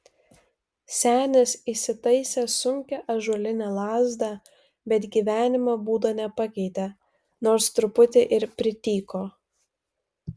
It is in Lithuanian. senis įsitaisė sunkią ąžuolinę lazdą bet gyvenimo būdo nepakeitė nors truputį ir prityko